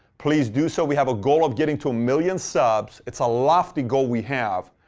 please do so. we have a goal of getting to a million subs. it's a lofty goal we have,